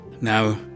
Now